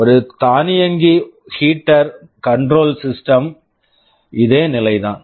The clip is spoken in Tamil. ஒரு தானியங்கி heater control system heater control system த்திலும் இதே நிலைதான்